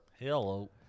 Hello